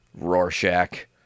Rorschach